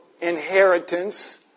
inheritance